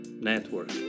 Network